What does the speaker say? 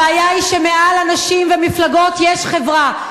הבעיה היא שמעל לאנשים ומפלגות יש חברה.